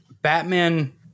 Batman